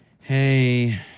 hey